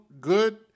Good